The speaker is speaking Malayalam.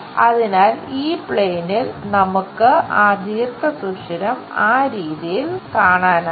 അതിനാൽ ഈ പ്ലെയിനിൽ നമുക്ക് ആ ദീർഘസുഷിരം ആ രീതിയിൽ കാണാനാകും